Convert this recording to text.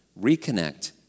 reconnect